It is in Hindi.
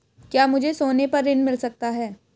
क्या मुझे सोने पर ऋण मिल सकता है?